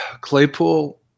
Claypool